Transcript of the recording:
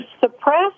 suppress